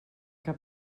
cap